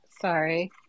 sorry